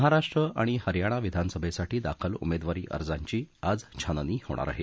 महाराष्ट्र आणि हरयाणा विधानसभेसाठी दाखल उमेदवारी अर्जाची आज छाननी होणार आहे